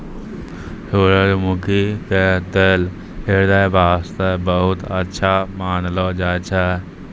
सूरजमुखी के तेल ह्रदय वास्तॅ बहुत अच्छा मानलो जाय छै